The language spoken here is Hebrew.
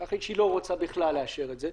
יכולה כמובן להחליט שהיא לא רוצה בכלל לאשר את זה,